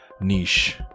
niche